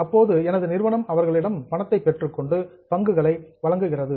இப்போது எனது நிறுவனம் அவர்களிடம் பணத்தைப் பெற்றுக் கொண்டு பங்குகளை வழங்குகிறது